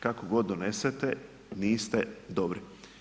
Kako god donesete, niste dobri.